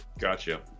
Gotcha